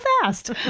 fast